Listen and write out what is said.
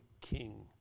king